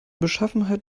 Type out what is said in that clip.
beschaffenheit